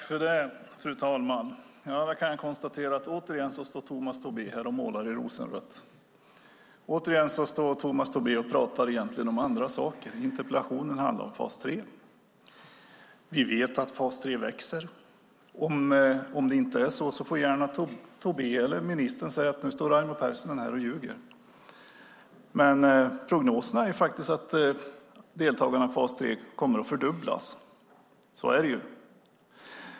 Fru talman! Återigen står Tomas Tobé här och målar i rosenrött. Återigen pratar Tomas Tobé om annat; interpellationen handlar om fas 3. Vi vet att fas 3 växer. Om det inte är så får Tobé eller ministern säga att Raimo Pärssinen ljuger. Prognosen är att antalet deltagare i fas 3 kommer att fördubblas.